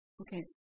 okay